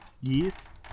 Yes